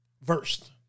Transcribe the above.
versed